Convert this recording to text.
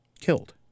killed